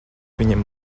viņiem